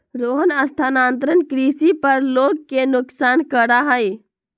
रोहन स्थानांतरण कृषि पर लोग के नुकसान करा हई